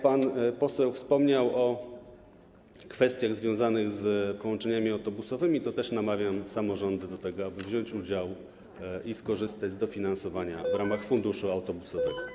Pan poseł wspomniał o kwestiach związanych z połączeniami autobusowymi - namawiam samorządy do tego, aby wziąć w tym udział i skorzystać z dofinansowania w ramach funduszu autobusowego.